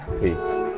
peace